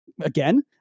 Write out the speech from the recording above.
again